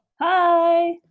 Hi